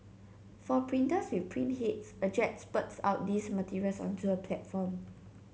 for printers with print heads a jet spurts out these materials onto a platform